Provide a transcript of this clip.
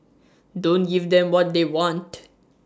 don't give them what they want